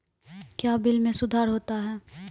क्या बिल मे सुधार होता हैं?